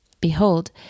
Behold